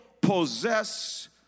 possess